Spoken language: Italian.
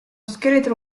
scheletro